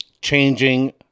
changing